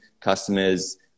customers